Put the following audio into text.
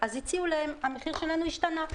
אמרו להם: המחיר שלנו השתנה,